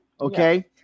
Okay